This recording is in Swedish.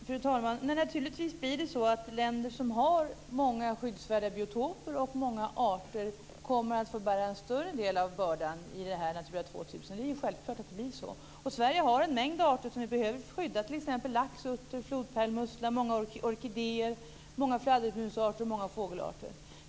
Fru talman! De länder som har många skyddsvärda biotoper och många arter kommer naturligtvis att få bära en större del av bördan i Natura 2000. Det är självklart att det är så. Sverige har en mängd arter som behöver skyddas, t.ex. lax, utter, flodpärlsmussla, många orkidéer, många fladdermusarter och många fågelarter.